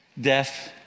death